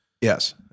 Yes